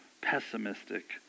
pessimistic